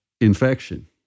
infection